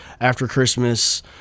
after-Christmas